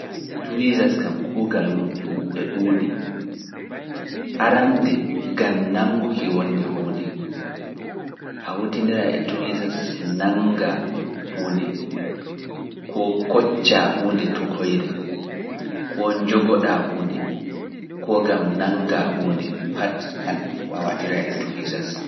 Tuwizas kam kuugal mum e ɗuuɗi, arande gam nannguki wonde huunde, a hutindira e Tuwizas nannga huunde, koo kocca huunde tokoyre, koo njogoɗaa huunde, koo gam nannga huunde pat a waɗira e Tuwizas.